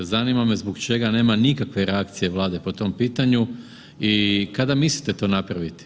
Zanima me zbog čega nema nikakve reakcije Vlade po tom pitanju i kada mislite to napraviti?